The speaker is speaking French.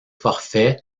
forfait